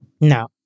No